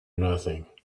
nothing